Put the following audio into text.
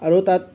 আৰু তাত